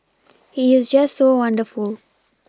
he is just so wonderful